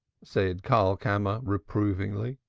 said karlkammer reprovingly.